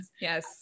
Yes